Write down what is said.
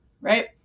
right